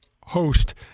host